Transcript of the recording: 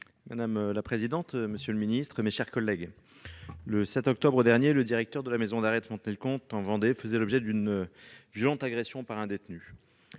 Madame la présidente, monsieur le secrétaire d'État, mes chers collègues, le 7 octobre dernier, le directeur de la maison d'arrêt de Fontenay-le-Comte, en Vendée, faisait l'objet d'une violente agression de la part d'un détenu.